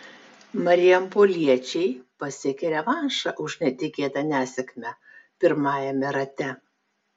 marijampoliečiai pasiekė revanšą už netikėtą nesėkmę pirmajame rate